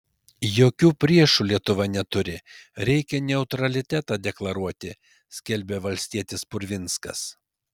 jokių priešų lietuva neturi reikia neutralitetą deklaruoti skelbė valstietis purvinskas